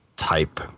Type